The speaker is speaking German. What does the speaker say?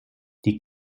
die